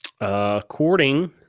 According